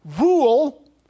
rule